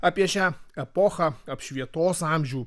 apie šią epochą apšvietos amžių